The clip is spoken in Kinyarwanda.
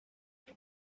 dore